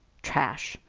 trash!